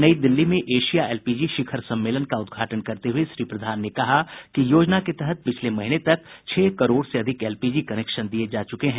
नई दिल्ली में Asia LPG शिखर सम्मेलन का उदघाटन करते हुए श्री प्रधान ने कहा कि योजना के तहत पिछले महीने तक छह करोड़ से अधिक एलपीजी कनेक्शन दिये जा चुके हैं